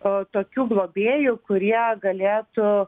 o tokių globėjų kurie galėtų